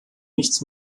nichts